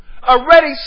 already